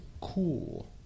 cool